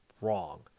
wrong